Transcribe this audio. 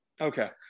Okay